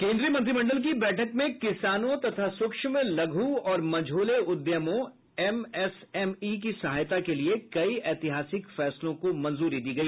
केन्द्रीय मंत्रिमंडल की बैठक में किसानों तथा सूक्ष्म लघु और मझोले उद्यमों एमएसएमई की सहायता के लिए कई ऐतिहासिक फैसलों को मंजूरी दी गई